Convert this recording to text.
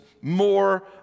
more